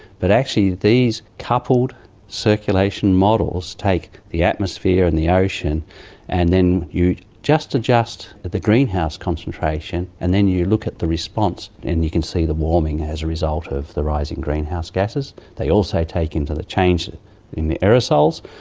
but actually these coupled circulation models take the atmosphere and the ocean and then you just adjust the greenhouse concentration and then you look at the response and you can see the warming as a result of the rising greenhouse gases. they also take into the change in the aerosols,